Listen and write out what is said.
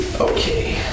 Okay